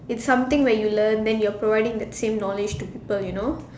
it's something where you learn then you're providing the same knowledge to people you know